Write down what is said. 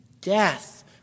Death